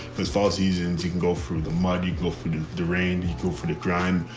cause fall seasons, you can go through the muddy glow food in the rain. he go for the grind.